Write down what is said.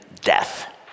death